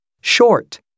short